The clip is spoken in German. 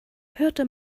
hörte